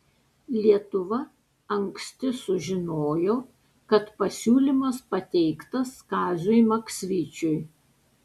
lietuva anksti sužinojo kad pasiūlymas pateiktas kaziui maksvyčiui